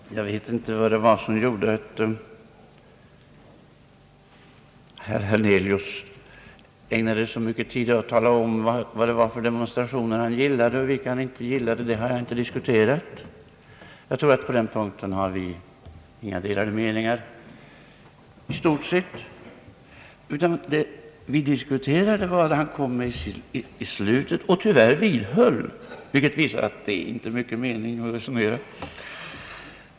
Herr talman! Jag vet inte vad det var som gjorde, att herr Hernelius ägnade så mycket tid åt att tala om vilka demonstrationer han gillade och inte gillade. Det har inte jag diskuterat. Jag tror att vi på den punkten i stort sett inte har några delade meningar. Det vi diskuterade var det han kom med i slutet av sitt senaste anförande och tyvärr vidhöll, vilket alltså visar att det inte är så stor mening att resonera!